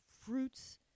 fruits